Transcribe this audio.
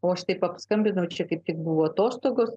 o aš taip apskambinau čia kaip tik buvo atostogos